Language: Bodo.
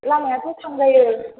लामायाथ' थांजायो